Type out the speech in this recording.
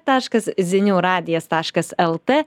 taškas ziniuradijas taškas lt